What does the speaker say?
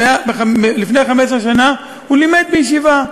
לפני 15 שנה הוא לימד בישיבה.